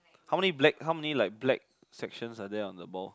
how many black how many like black sections are there on the ball